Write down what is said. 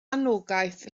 anogaeth